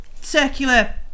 circular